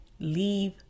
leave